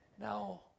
Now